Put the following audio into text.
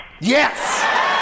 Yes